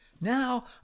Now